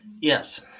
Yes